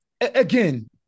Again